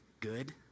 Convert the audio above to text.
good